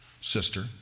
sister